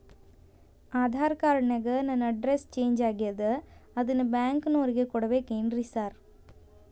Aadhaar card ನ್ಯಾಗ ನನ್ address change ಆಗ್ಯಾದ ಅದನ್ನ ಬ್ಯಾಂಕಿನೊರಿಗೆ ಕೊಡ್ಬೇಕೇನ್ರಿ ಸಾರ್?